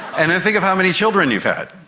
and then think of how many children you had.